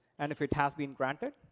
and if it has been granted,